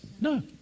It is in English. No